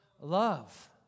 love